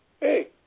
hey